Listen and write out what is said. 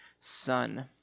Son